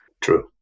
true